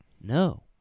No